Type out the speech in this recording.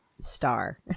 star